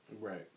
Right